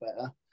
better